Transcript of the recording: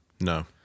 No